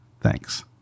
Thanks